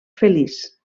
feliç